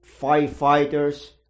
firefighters